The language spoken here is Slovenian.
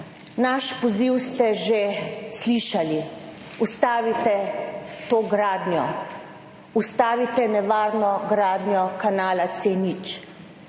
Naš poziv ste že slišali: ustavite to gradnjo, ustavite nevarno gradnjo kanala C0.